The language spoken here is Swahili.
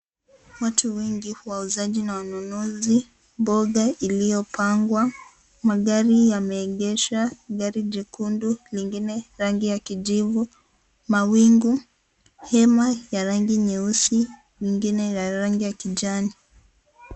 Watu wengi waazaji na wanunuzi , mboga iliyopangwa , magari yameegeshwa, gari jekundu , nyingine rangi ya kijivu , mawingu hema ya rangi nyeusi na ingine ya rangi ya kijani.